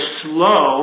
slow